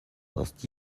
last